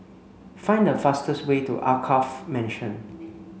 find the fastest way to Alkaff Mansion